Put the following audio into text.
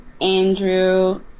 Andrew